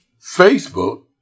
Facebook